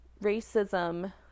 Racism